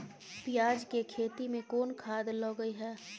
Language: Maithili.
पियाज के खेती में कोन खाद लगे हैं?